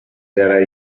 that